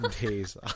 days